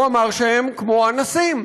הוא אמר שהם כמו אנסים.